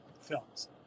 films